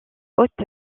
haute